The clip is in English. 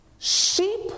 Sheep